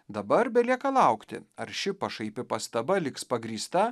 dabar belieka laukti ar ši pašaipi pastaba liks pagrįsta